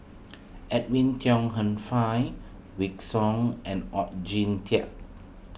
Edwin Tong Hen Fai Wykidd Song and Oon Jin Teik